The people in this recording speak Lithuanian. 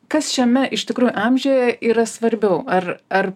kas šiame iš tikrųjų amžiuje yra svarbiau ar ar